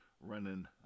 running